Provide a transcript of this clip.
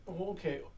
Okay